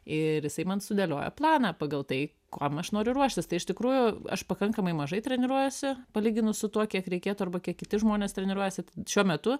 ir jisai man sudėlioja planą pagal tai kam aš noriu ruoštis tai iš tikrųjų aš pakankamai mažai treniruojuosi palyginus su tuo kiek reikėtų arba kiek kiti žmonės treniruojasi šiuo metu